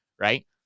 right